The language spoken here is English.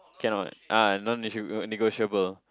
cannot ah non negotia~ negotiable